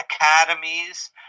academies